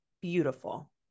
beautiful